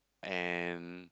and